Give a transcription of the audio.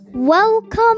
Welcome